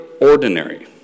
ordinary